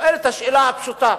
שואל את השאלה הפשוטה: